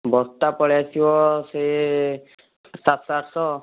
ବସ୍ତା ପଳେଇଆସିବ ସେ ସାତଶହ ଆଠଶହ